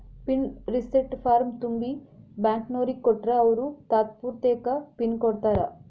pin reset ಫಾರ್ಮ್ನ ತುಂಬಿ ಬ್ಯಾಂಕ್ನೋರಿಗ್ ಕೊಟ್ರ ಅವ್ರು ತಾತ್ಪೂರ್ತೆಕ ಪಿನ್ ಕೊಡ್ತಾರಾ